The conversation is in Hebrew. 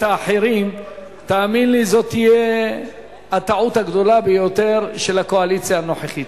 האחרים זאת תהיה הטעות הגדולה ביותר של הקואליציה הנוכחית.